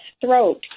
throat